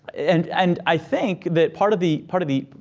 and and i think that part of the, part of the,